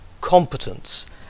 competence